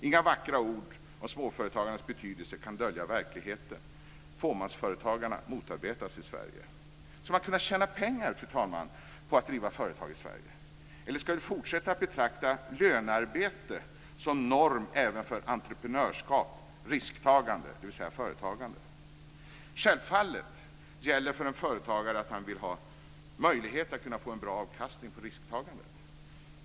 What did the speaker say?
Inga vackra ord om småföretagarnas betydelse kan dölja verkligheten; fåmansföretagarna motarbetas i Sverige. Ska man, fru talman, kunna tjäna pengar på att driva företag i Sverige? Eller ska vi fortsätta att betrakta lönearbete som norm även för entreprenörskap och risktagande, dvs. företagande? Självfallet gäller för en företagare att han vill ha möjlighet att kunna få en bra avkastning på risktagandet.